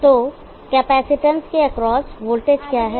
तो कैपेसिटेंस के across voltage क्या हैं